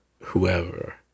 whoever